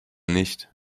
nicht